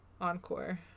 Encore